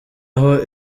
aho